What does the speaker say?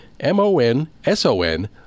m-o-n-s-o-n